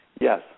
Yes